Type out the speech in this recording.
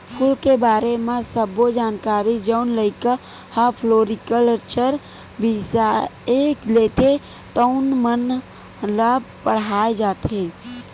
फूल के बारे म सब्बो जानकारी जउन लइका ह फ्लोरिकलचर बिसय लेथे तउन मन ल पड़हाय जाथे